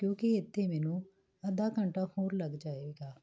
ਕਿਉਂਕਿ ਇੱਥੇ ਮੈਨੂੰ ਅੱਧਾ ਘੰਟਾ ਹੋਰ ਲੱਗ ਜਾਵੇਗਾ